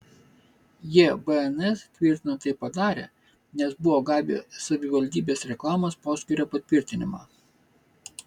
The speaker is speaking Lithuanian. jie bns tvirtino tai padarę nes buvo gavę savivaldybės reklamos poskyrio patvirtinimą